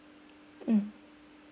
mm